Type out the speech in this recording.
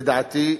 לדעתי,